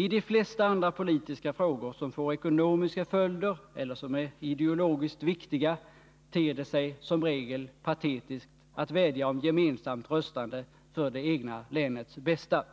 I de flesta andra politiska frågor som får ekonomiska följder eller är ideologiskt viktiga ter det sig som regel patetiskt att vädja om gemensamt röstande för det egna länets bästa.